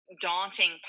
daunting